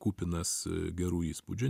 kupinas gerų įspūdžių